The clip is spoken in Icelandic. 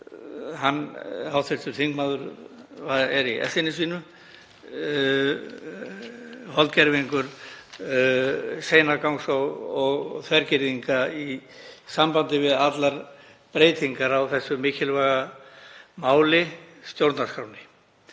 Ármannsson er í essinu sínu, holdgervingur seinagangs og þvergirðinga í sambandi við allar breytingar á þessu mikilvæga máli, stjórnarskránni.